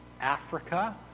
Africa